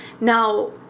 Now